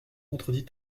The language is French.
contredit